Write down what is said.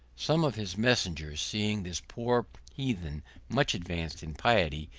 some of his messengers, seeing this poor heathen much advanced in piety,